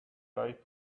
right